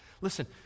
Listen